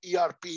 ERP